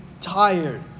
tired